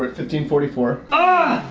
fifteen forty four, ah,